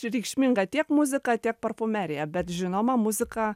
reikšminga tiek muzika tiek parfumerija bet žinoma muzika